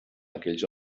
aquells